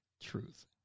Truth